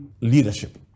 leadership